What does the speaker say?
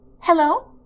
hello